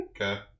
Okay